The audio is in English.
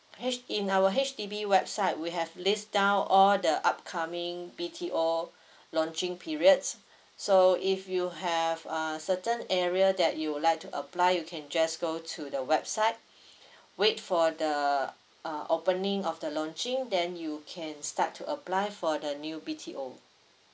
h in our H_D_B website we have list down all the upcoming B_T_O launching periods so if you have a certain area that you would like to apply you can just go to the website wait for the uh opening of the launching then you can start to apply for the new B_T_O